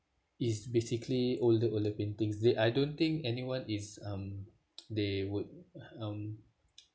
is basically older older painting they I don't think anyone is um they would um